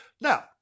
Now